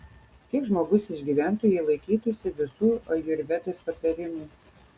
kiek žmogus išgyventų jei laikytųsi visų ajurvedos patarimų